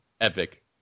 Epic